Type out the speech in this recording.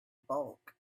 bulk